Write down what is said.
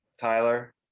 Tyler